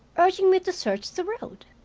urging me to search the road?